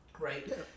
right